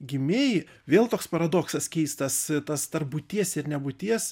gimei vėl toks paradoksas keistas tas tarp būties ir nebūties